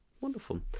Wonderful